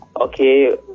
Okay